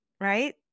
right